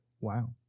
Wow